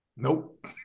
Nope